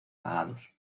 pagados